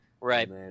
Right